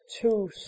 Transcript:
two